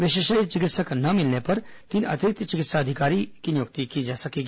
विशेषज्ञ चिकित्सक न मिलने पर तीन अतिरिक्त चिकित्सा अधिकारी की नियुक्ति हो सकेगी